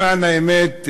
למען האמת,